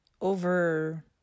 over